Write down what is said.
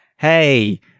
hey